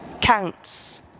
counts